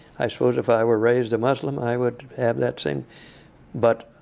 i suppose if i were raised a muslim, i would have that same but